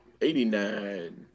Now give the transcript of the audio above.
Eighty-nine